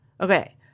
Okay